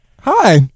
Hi